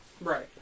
Right